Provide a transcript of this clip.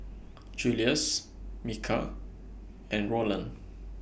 Julious Micah and Rowland